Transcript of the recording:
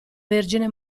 vergine